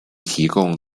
提供